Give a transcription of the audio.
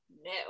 no